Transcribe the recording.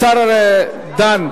השר, דן,